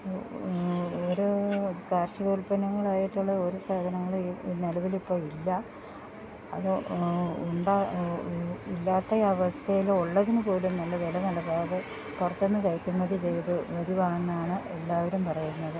ഓരോ കാർഷിക ഉൽപ്പന്നങ്ങളായിട്ടുള്ള ഒരു സാധനങ്ങൾ നിലവിൽ ഇപ്പോൾ ഇല്ല അത് ഉണ്ട ഇല്ലാത്ത അവസ്ഥയിൽ ഉള്ളതിന് പോലും നല്ല വില നൽകാതെ പുറത്തെന്ന് കയറ്റുമതി ചെയ്ത് വരുവാന്നാണ് എല്ലാവരും പറയുന്നത്